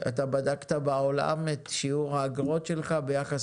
אתה בדקת בעולם את שיעור האגרות שלך ביחס